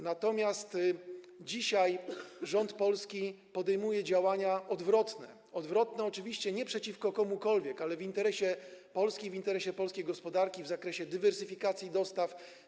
Natomiast dzisiaj polski rząd podejmuje działania odwrotne, oczywiście nie przeciwko komukolwiek, ale w interesie Polski, w interesie polskiej gospodarki, w zakresie dywersyfikacji dostaw.